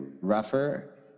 rougher